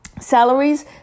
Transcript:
salaries